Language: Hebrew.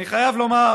אני חייב לומר